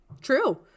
True